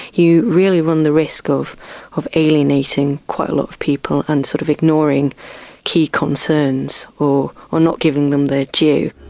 you really run the risk of of alienating quite a lot of people and sort of ignoring key concerns or or not giving them their due.